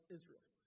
Israel